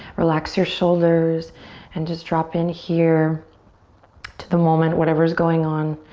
relax your shoulders and just drop in here to the moment. whatever is going on